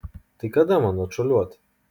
tai kada man atšuoliuot